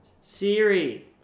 Siri